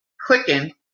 clicking